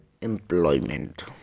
employment